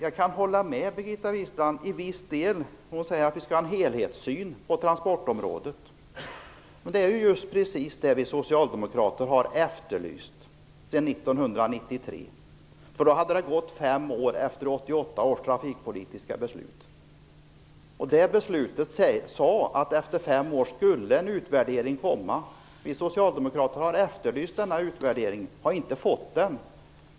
Jag kan hålla med Birgitta Wistrand om att vi skall ha en helhetssyn på transportområdet. Det är just det vi socialdemokrater har efterlyst sedan 1993. Då hade det gått fem år sedan 1988 års trafikpolitiska beslut. Det beslutet sade att en utvärdering skulle göras efter fem år. Vi socialdemokrater har efterlyst denna utvärdering. Vi har inte fått den.